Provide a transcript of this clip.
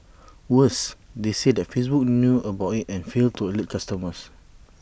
worse they say that Facebook knew about IT and failed to alert customers